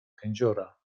kędziora